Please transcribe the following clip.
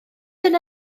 yna